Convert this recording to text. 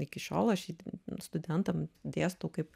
iki šiol aš jį studentam dėstau kaip